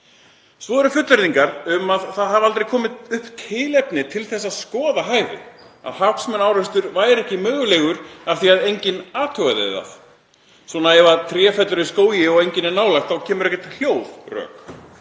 Svo eru fullyrðingar um að það hafi aldrei komið upp tilefni til að skoða hæfi, að hagsmunaárekstur væri ekki mögulegur af því að enginn athugaði það, svona „ef tré fellur í skógi og enginn er nálægt þá kemur ekkert hljóð“-rök.